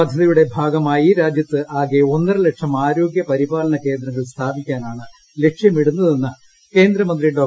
പദ്ധതിയുടെ ഭാഗമായി രാജ്യത്ത് ആകെ ഒന്നര ലക്ഷം ആരോഗ്യ പരിപാലന കേന്ദ്രങ്ങൾ സ്ഥാപിക്കാനാണ് ലക്ഷ്യമിടുന്നതെന്ന് കേന്ദ്ര മന്ത്രി ഡോ